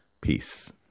Peace